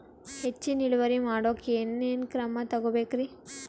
ಹೆಚ್ಚಿನ್ ಇಳುವರಿ ಮಾಡೋಕ್ ಏನ್ ಏನ್ ಕ್ರಮ ತೇಗೋಬೇಕ್ರಿ?